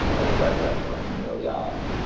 like led zeppelin and neil young.